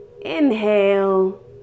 inhale